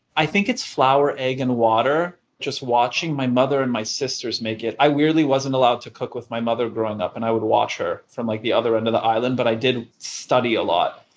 i think it's flour, egg and water. just watching my mother and my sisters make it. i weirdly wasn't allowed to cook with my mother growing up and i would watch her from like the other end of the island. but i did study a lot.